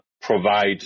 provide